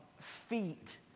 feet